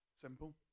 Simple